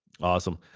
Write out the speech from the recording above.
Awesome